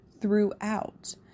throughout